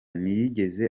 ntiyigeze